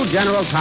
General